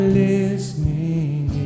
listening